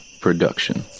Production